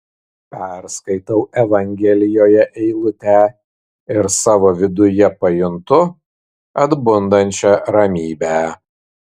perskaitau evangelijoje eilutę ir savo viduje pajuntu atbundančią ramybę